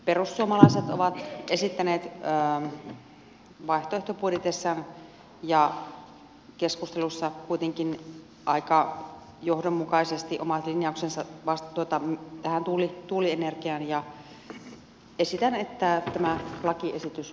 perussuomalaiset ovat esittäneet vaihtoehtobudjeteissa ja keskusteluissa kuitenkin aika johdonmukaisesti omat linjauksensa tähän tuulienergiaan ja esitän että tämä lakiesitys hylätään